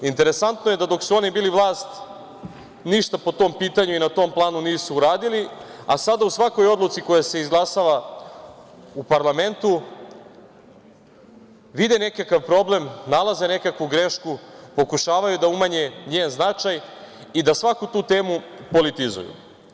Interesantno je da dok su oni bili vlast ništa po tom pitanju i na tom planu nisu uradili, a sada u svakoj odluci koja se izglasava u parlamentu vide nekakav problem, nalaze nekakvu grešku, pokušavaju da umanje njen značaj i da svaku tu temu politizuju.